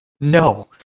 No